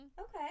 Okay